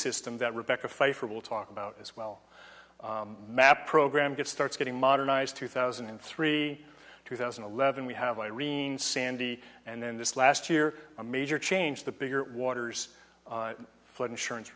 system that rebecca pfeiffer will talk about as well map program get starts getting modernized two thousand and three two thousand and eleven we have irene sandy and then this last year a major change the bigger waters flood insurance